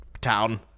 town